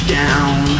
down